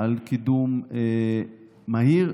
על קידום מהיר,